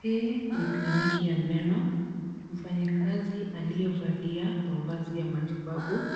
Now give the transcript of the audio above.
Hii ni kliniki ya meno. Mfanyakazi aliyevalia mavazi ya matibabu